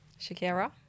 Shakira